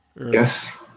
yes